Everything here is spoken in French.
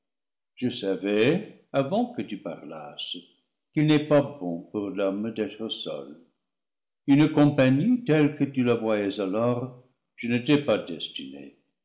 je savais avant que tu parlasses qu'il n'est pas bon pour l'homme d'être seul une compagnie telle que tu la voyais alors je ne t'ai pas destinée